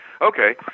okay